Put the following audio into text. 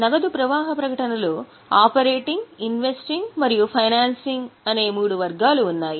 నగదు ప్రవాహ ప్రకటనలో ఆపరేటింగ్ ఇన్వెస్టింగ్ మరియు ఫైనాన్సింగ్ అనే మూడు వర్గాలు ఉన్నాయి